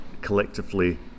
collectively